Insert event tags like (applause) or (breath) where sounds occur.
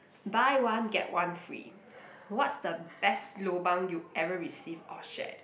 buy one get one free (breath) what's the best lobang you ever received or shared